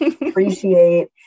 Appreciate